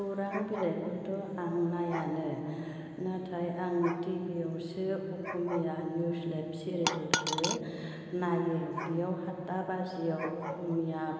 खौरां बिलाइखौथ'आं नायानो नाथाय आं टि भि आवसो असमिया निउस लाइभ चेनेलखो नायो बेयाव हादथा बाजियाव असमिया